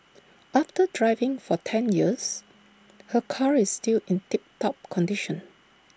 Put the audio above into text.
after driving for ten years her car is still in tip top condition